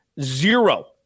zero